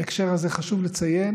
בהקשר הזה חשוב לציין